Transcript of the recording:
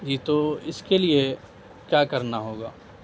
جی تو اس کے لیے کیا کرنا ہوگا